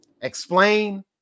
Explain